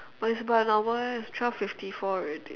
but it's about an hour eh it's twelve fifty four ready